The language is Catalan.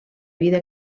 vida